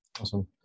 Awesome